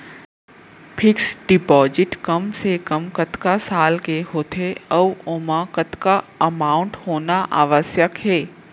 Fix deposit कम से कम कतका साल के होथे ऊ ओमा कतका अमाउंट होना आवश्यक हे?